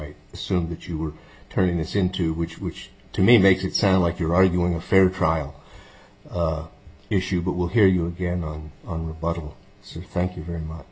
i assume that you were turning this into which which to me makes it sound like you're arguing a fair trial issue but we'll hear you again on on the bottle so thank you very much